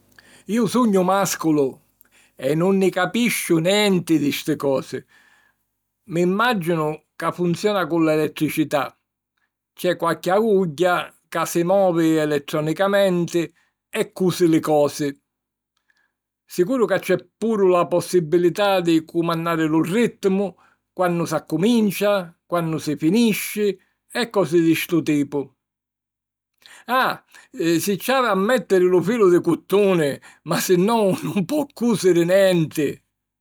Iu sugnu màsculu e nun nni capisciu nenti di sti cosi. Mi mmàginu ca funziona cu l'elettricità, c'è qualchi agugghia ca si movi elettronicamenti e cusi li cosi. Sicuru ca c'è puru la possibilità di cumannari lu ritmu, quannu s'accumincia, quannu si finisci e cosi di stu tipu. Ah! Si ci havi a mèttiri lu filu di cuttuni, ma sinnò nun po cùsiri nenti!